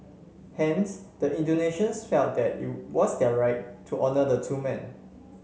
hence the Indonesians felt that it was their right to honour the two men